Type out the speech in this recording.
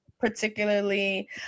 particularly